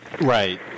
Right